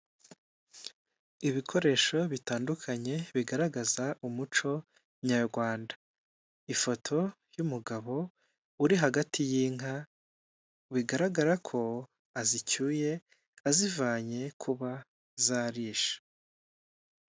Ibikoresho bitandukanye bigaragaza umuco nyarwanda, ifoto y'umugabo uri hagati y'inka bigaragarako azicyuye azivanye kuba zarishe.